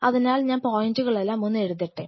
അതിനാൽ ഞാൻ ഈ പോയിൻറ്കളെല്ലാം ഒന്ന് എഴുതട്ടെ